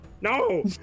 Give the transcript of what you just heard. No